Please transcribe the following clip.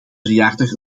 verjaardag